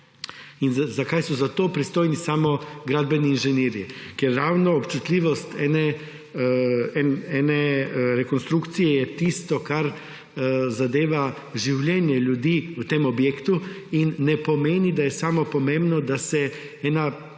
in zakaj so za to pristojni samo gradbeni inženirji. Ker ravno občutljivost neke rekonstrukcije je tisto, kar zadeva življenje ljudi v tem objektu in ne pomeni, da je pomembo samo, da